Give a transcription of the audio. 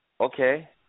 Okay